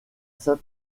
saint